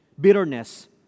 bitterness